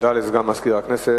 תודה לסגן מזכירת הכנסת.